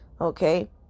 okay